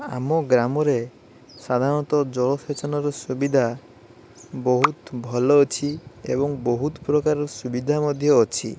ଆମ ଗ୍ରାମରେ ସାଧାରଣତଃ ଜଳ ସେଚନର ସୁବିଧା ବହୁତ ଭଲ ଅଛି ଏବଂ ବହୁତ ପ୍ରକାରର ସୁବିଧା ମଧ୍ୟ ଅଛି